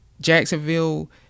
Jacksonville